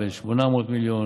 ב-800 מיליון,